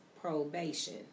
probation